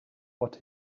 what